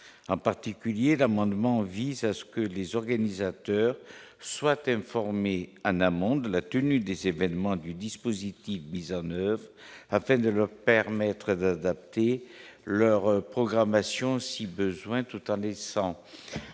en particulier l'amendement vise à ce que les organisateurs soient informés en amont de la tenue des événements du dispositif mis en oeuvre afin de leur permettre d'adapter leur programmation si besoin tout en descente,